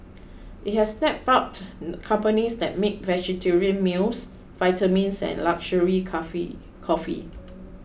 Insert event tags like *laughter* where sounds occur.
it has snapped up *hesitation* companies that make vegetarian meals vitamins and luxury cafe coffee